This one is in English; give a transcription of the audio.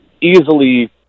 easily